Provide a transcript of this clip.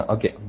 Okay